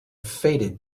faded